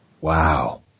Wow